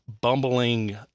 bumbling